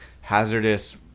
hazardous